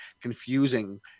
confusing